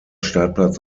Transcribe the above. startplatz